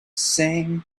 same